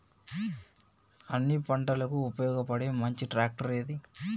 అన్ని పంటలకు ఉపయోగపడే మంచి ట్రాక్టర్ ఏది?